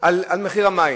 על המים.